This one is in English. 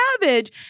cabbage